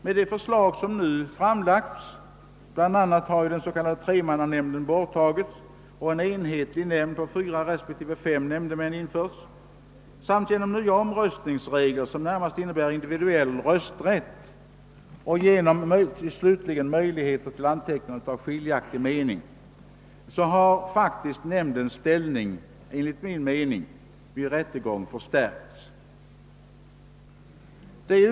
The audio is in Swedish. Med de förslag som nu framlagts — bl.a. har ju den s.k. tremannanämnden borttagits och en enhetlig nämnd på fyra respektive fem nämndemän införts; vidare har nya omröstningsregler fastlagts, som närmast innebär individuell rösträtt, liksom möjligheter till antecknande av skiljaktig mening har faktiskt nämndens ställning vid rättegång enligt min mening förstärkts.